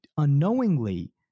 unknowingly